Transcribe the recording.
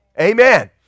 Amen